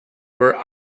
were